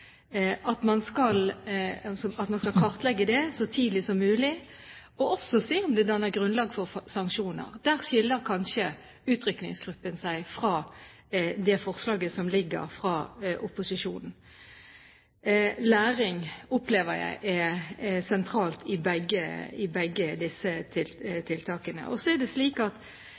at man skal kartlegge det så tidlig som mulig, og også se på om det danner grunnlag for sanksjoner. Der skiller kanskje utrykningsgruppen seg fra forslaget til opposisjonen. Læring opplever jeg er sentralt i begge disse tiltakene. Så er det slik at